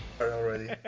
already